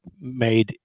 made